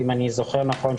אם אני זוכר נכון,